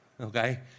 okay